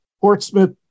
Portsmouth